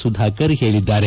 ಸುಧಾಕರ್ ಹೇಳಿದ್ದಾರೆ